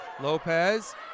Lopez